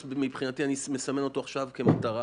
כמטרה.